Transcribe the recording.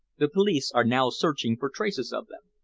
the police are now searching for traces of them.